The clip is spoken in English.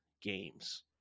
games